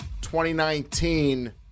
2019